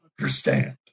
understand